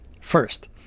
first